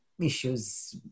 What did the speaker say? issues